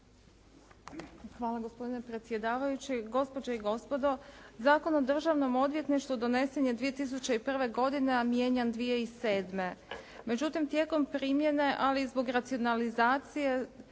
Hvala gospodine predsjedavajući, gospođe i gospodo Zakon o državnom odvjetništvu donesen je 2001. godine a mijenjan 2007. Međutim tijekom primjene ali i zbog racionalizacije